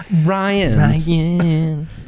Ryan